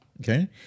okay